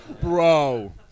bro